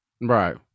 Right